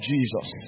Jesus